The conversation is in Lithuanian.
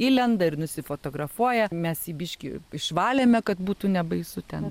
įlenda ir nusifotografuoja mes jį biškį išvalėme kad būtų nebaisu ten